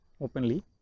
openly